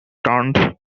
turned